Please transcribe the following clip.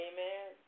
Amen